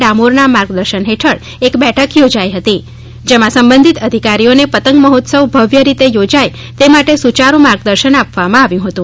ડામોરના માર્ગદર્શન હેઠળ એક બેઠક યોજાઇ હતી જેમાં સબંધિત અધિકારીઓને પતંગ મહોત્સવ ભવ્ય રીતે યોજાય તે માટે સુયારૂ માર્ગદર્શન આપવામાં આવ્યું હતું